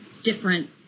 different